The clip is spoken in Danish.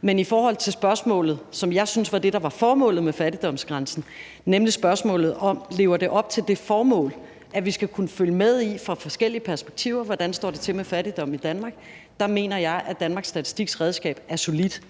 Men i forhold til spørgsmålet, som jeg synes var det, der var formålet med fattigdomsgrænsen, nemlig om det lever det op til det formål, at vi fra forskellige perspektiver skal kunne følge med i, hvordan det står til med fattigdommen i Danmark, mener jeg, at Danmarks Statistiks redskab er solidt.